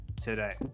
today